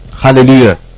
hallelujah